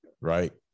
Right